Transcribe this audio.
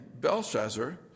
Belshazzar